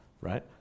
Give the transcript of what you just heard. right